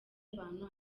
abantu